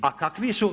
A kakvi su?